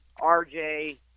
RJ